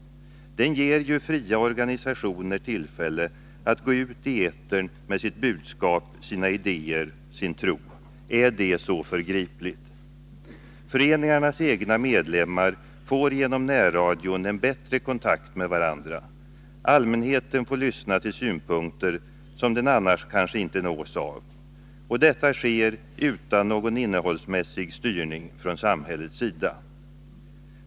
Den ger ju fria organisationer tillfälle att gå ut i etern med sitt budskap, sina idéer, sin tro. Är det så förgripligt? Föreningarnas egna medlemmar får genom närradion en bättre kontakt med varandra. Allmänheten får lyssna till synpunkter som den annars kanske inte nås av. Och detta sker utan någon innehållsmässig styrning från samhällets sida.